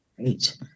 Great